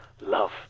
Love